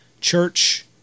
Church